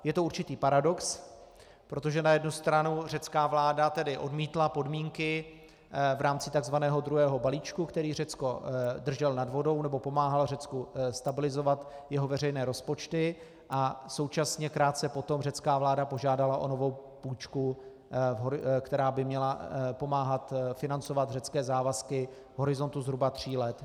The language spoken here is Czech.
Je to určitý paradox, protože na jednu stranu tedy řecká vláda odmítla podmínky v rámci takzvaného druhého balíčku, který Řecko držel nad vodou, pomáhal stabilizovat jeho veřejné rozpočty, a současně krátce potom řecká vláda požádala o novou půjčku, která by měla pomáhat financovat řecké závazky v horizontu zhruba tří let.